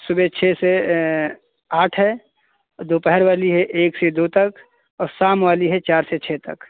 सुबह छः से आठ है औ दोपहर वाली है एक से दो तक और शाम वाली है चार से छः तक